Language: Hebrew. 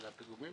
על הפיגומים?